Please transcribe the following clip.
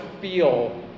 feel